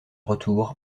retour